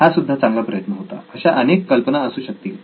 हा सुद्धा चांगला प्रयत्न होता अशा अनेक कल्पना असू शकतील